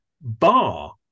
bar